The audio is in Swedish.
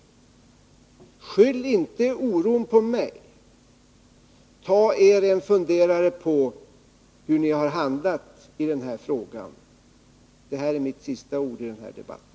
Skyll inte oron på mig. Ta er en funderare på hur ni handlat i denna fråga! — Detta är mina sista ord i den här debatten.